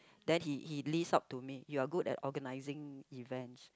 then he he lists out to me you are good at organising event